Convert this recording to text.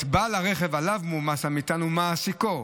בעל הרכב שעליו מועמס המטען ומעסיקו,